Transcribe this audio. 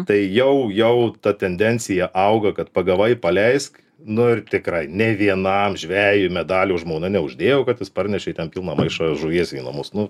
tai jau jau ta tendencija auga kad pagavai paleisk nu ir tikrai nei vienam žvejui medalių žmona neuždėjau kad jis parnešė ten pilną maišą žuvies į namus nu